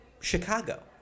Chicago